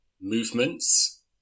movements